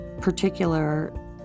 particular